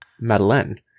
Madeleine